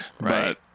Right